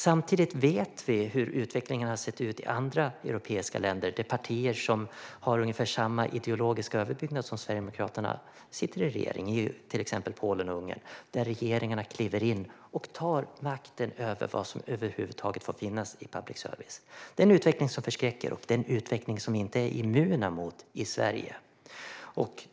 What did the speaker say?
Samtidigt vet vi hur utvecklingen har sett ut i andra europeiska länder där partier som har ungefär samma ideologiska överbyggnad som Sverigedemokraterna sitter i regering, till exempel i Polen och i Ungern. Där har regeringarna klivit in och tagit makten över vad som över huvud taget får finnas i public service. Det är en utveckling som förskräcker och som vi inte är immuna mot i Sverige.